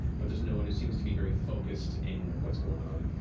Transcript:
but there's no one who seems to be very focused in what's going on.